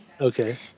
okay